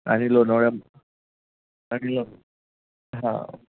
आणि लोणावळ्या आणि लोन् हां